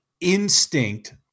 instinct